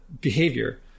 behavior